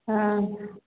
हाँ